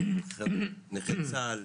נכי צה"ל,